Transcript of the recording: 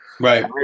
Right